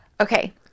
Okay